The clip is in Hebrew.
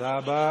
תודה רבה.